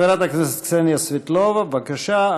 חברת הכנסת קסניה סבטלובה, בבקשה.